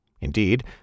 Indeed